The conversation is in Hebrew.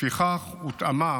לפיכך הותאמה